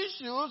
issues